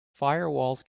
firewalls